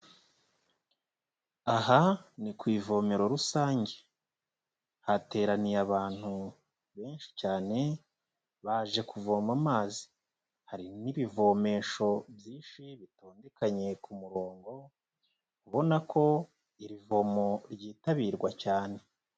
Aha ni ku ivomero rusange, hateraniye abantu benshi cyane baje kuvoma amazi, hari n'ibivomesho byinshi bitondekanye ku murongo ubona ko iri vomo ryitabirwa cyane.